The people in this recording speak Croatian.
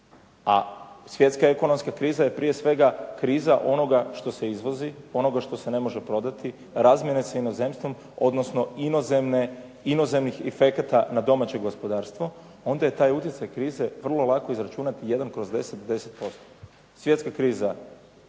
a svjetska ekonomska kriza je prije svega kriza onoga što se izvozi, onoga što se ne može prodati, razmjene sa inozemstvom, odnosno inozemnih efekata na domaće gospodarstvo, onda je taj utjecaj krize vrlo lako izračunati 1 kroz 10, 10%.